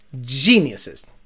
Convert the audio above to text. geniuses